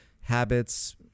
habits